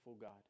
God